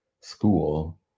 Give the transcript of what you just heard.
school